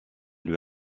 lui